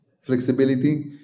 flexibility